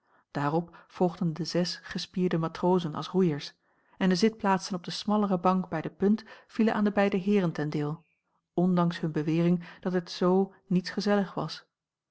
daarop volgden de zes gespierde matrozen als roeiers en de zitplaatsen op de smallere bank bij de punt vielen aan de beide heeren ten deel ondanks hunne bewering dat het z niets gezellig was